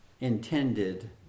intended